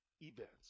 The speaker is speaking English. events